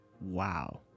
Wow